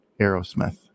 Aerosmith